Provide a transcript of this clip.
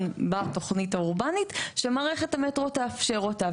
והראוי בתוכנית האורבנית שמערכת המטרו תאפשר אותה.